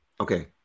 Okay